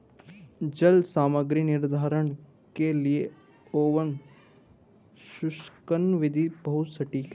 जल सामग्री निर्धारण के लिए ओवन शुष्कन विधि बहुत सटीक है